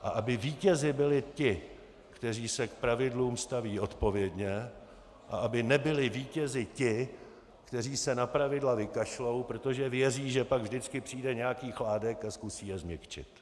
A aby vítězi byli ti, kteří se k pravidlům staví odpovědně, a aby nebyli vítězi ti, kteří se na pravidla vykašlou, protože věří, že pak vždycky přijde nějaký Chládek a zkusí je změkčit.